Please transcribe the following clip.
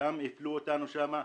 הפלו אותנו שם.